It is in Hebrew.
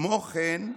כמו כן,